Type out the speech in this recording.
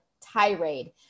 tirade